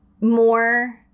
more